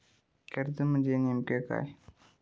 कर्ज म्हणजे नेमक्या काय?